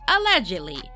allegedly